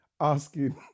asking